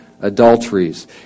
adulteries